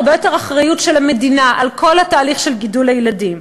הרבה יותר אחריות של המדינה לכל התהליך של גידול הילדים,